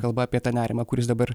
kalba apie tą nerimą kuris dabar